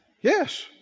Yes